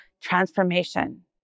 transformation